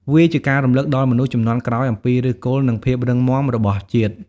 វាជាការរំលឹកដល់មនុស្សជំនាន់ក្រោយអំពីឫសគល់ និងភាពរឹងមាំរបស់ជាតិ។